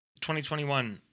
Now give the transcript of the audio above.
2021